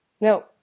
No